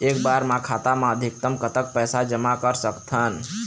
एक बार मा खाता मा अधिकतम कतक पैसा जमा कर सकथन?